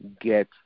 get